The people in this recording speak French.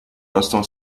l’instant